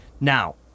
Now